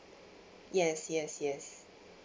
yes yes yes